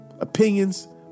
Opinions